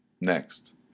Next